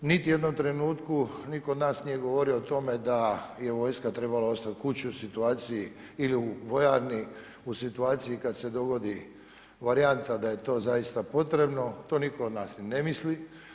Niti u jednom trenutku nitko od nas nije govorio o tome da je vojska trebala ostati kući u situaciji ili vojarni u situaciji kad se dogodi varijanta da je to zaista potrebno, to ni nitko od nas ne misli.